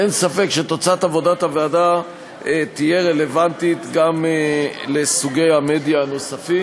אין ספק שתוצאת עבודת הוועדה תהיה רלוונטית גם לסוגי המדיה הנוספים.